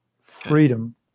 freedom